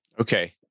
Okay